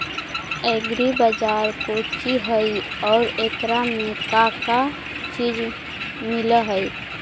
Agri बाजार कोची हई और एकरा में का का चीज मिलै हई?